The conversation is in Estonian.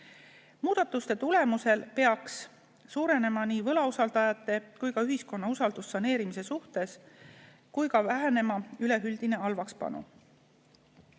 Muudatuste tulemusel peaks suurenema nii võlausaldajate kui ka ühiskonna usaldus saneerimise vastu, samuti vähenema üleüldine halvakspanu.